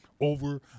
over